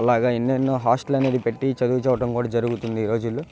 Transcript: అలాగా ఎన్నెన్నో హాస్టల్ అనేది పెట్టి చదువు చెప్పటం జరుగుతుంది ఈ రోజుల్లో